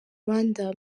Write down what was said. rwanda